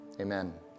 Amen